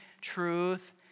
truth